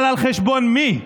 אבל על חשבון מי?